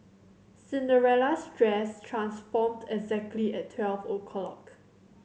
Cinderella's dress transformed exactly at twelve o'clock